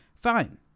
Fine